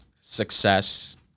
success